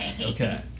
Okay